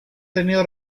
tenido